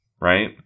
right